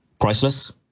priceless